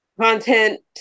Content